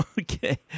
Okay